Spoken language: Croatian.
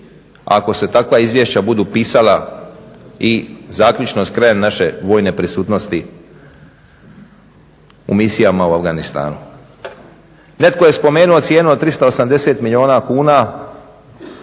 ako se takva izvješća budu pisala i zaključno s krajem naše vojne prisutnosti u misijama u Afganistanu. Netko je spomenuo cijenu od 380 milijuna kuna